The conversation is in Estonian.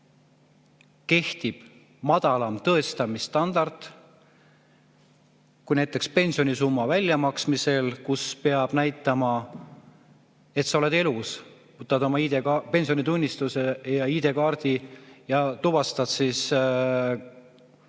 kehtib madalam tõestamisstandard kui näiteks pensionisumma väljamaksmisel, kus peab näitama, et sa oled elus. Võtad oma pensionitunnistuse ja ID-kaardi ja tõestad Skype'i